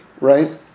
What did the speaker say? right